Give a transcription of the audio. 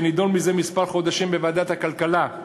שנדון זה חודשים מספר בוועדת הכלכלה.